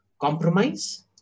compromise